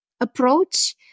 approach